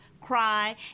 cry